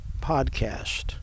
podcast